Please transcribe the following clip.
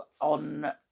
on